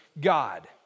God